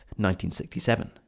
1967